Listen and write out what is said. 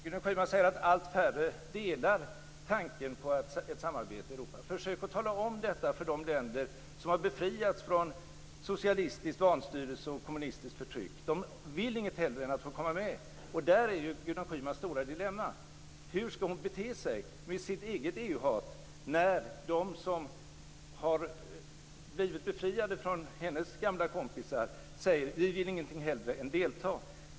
Gudrun Schyman säger att allt färre delar tanken på ett samarbete i Europa. Försök att tala om detta för de länder som har befriats från socialistiskt vanstyre och kommunistiskt förtryck. De vill inget hellre än att få komma med. Det är Gudrun Schymans stora dilemma. Hur skall hon bete sig med sitt eget EU-hat när de som har blivit befriade från hennes gamla kompisar säger: Vi vill ingenting hellre än att delta.